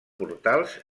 portals